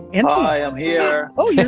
and hi, i'm here! oh, yeah